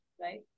right